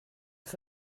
ist